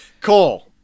Cole